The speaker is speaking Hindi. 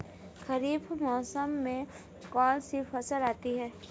खरीफ मौसम में कौनसी फसल आती हैं?